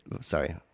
Sorry